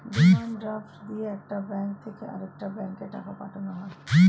demand draft দিয়ে একটা bank থেকে আরেকটা ব্যাঙ্কে টাকা পাঠানো হয়